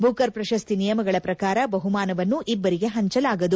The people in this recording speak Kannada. ಬೂಕರ್ ಪ್ರಶಸ್ತಿ ನಿಯಮಗಳ ಪ್ರಕಾರ ಬಹುಮಾನವನ್ನು ಇಬ್ಬರಿಗೆ ಪಂಚಲಾಗದು